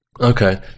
Okay